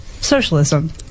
Socialism